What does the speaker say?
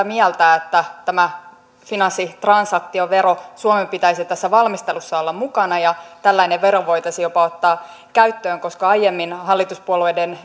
mieltä että tässä finanssitransaktioveron valmistelussa suomen pitäisi olla mukana ja tällainen vero voitaisiin jopa ottaa käyttöön koska aiemmin hallituspuolueiden